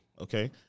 Okay